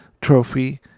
trophy